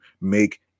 make